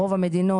רוב המדינות,